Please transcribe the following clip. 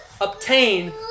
obtain